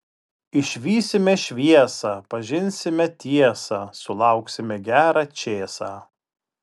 išvysime šviesą pažinsime tiesą sulauksime gerą čėsą